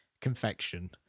confection